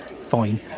Fine